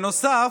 בנוסף,